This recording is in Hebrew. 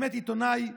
באמת עיתונאי מוכשר,